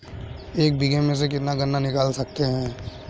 एक बीघे में से कितना गन्ना निकाल सकते हैं?